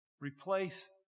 replace